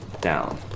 down